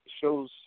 shows